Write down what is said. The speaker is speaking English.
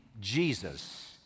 Jesus